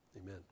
amen